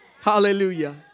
Hallelujah